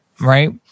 Right